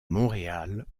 montréal